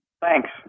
Thanks